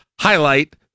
highlight